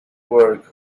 work